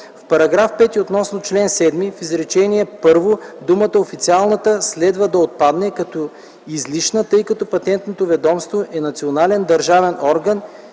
В § 5 относно чл. 7, в изречение първо думата „официалната” следва да отпадне като излишна, тъй като Патентното ведомство е национален държавен орган